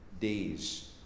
days